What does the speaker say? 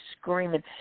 screaming